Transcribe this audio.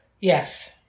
Yes